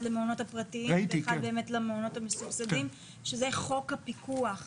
אחד למעונות הפרטיים ואחד למעונות המסובסדים שזה חוק הפיקוח.